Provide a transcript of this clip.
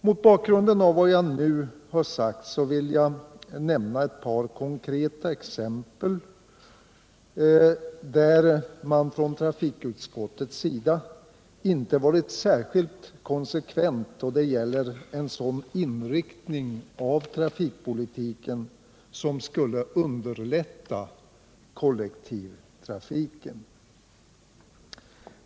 Mot bakgrund av vad jag nu har sagt vill jag nämna ett par konkreta exempel, där trafikutskottet inte har varit särskilt konsekvent i fråga om en sådan inriktning av trafikpolitiken som skulle underlätta kollektivtrafiken.